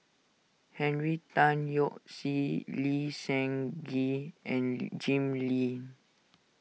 Henry Tan Yoke See Lee Seng Gee and Jim Lim